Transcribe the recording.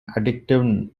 addictive